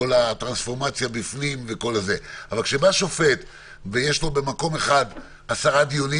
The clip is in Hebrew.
אבל כשבא שופט ויש לו במקום אחד עשרה דיונים,